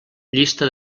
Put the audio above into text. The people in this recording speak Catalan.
llista